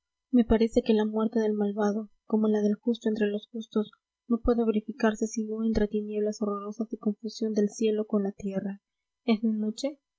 me parece que la muerte del malvado como la del justo entre los justos no puede verificarse sino entre tinieblas horrorosas y confusión del cielo con la tierra es de noche